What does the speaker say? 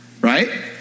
right